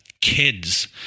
kids